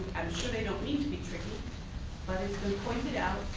i'm sure they don't mean to be tricky but it's been pointed out